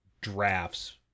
drafts